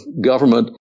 government